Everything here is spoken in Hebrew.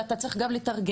ואתה צריך גם לתרגם.